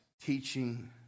teaching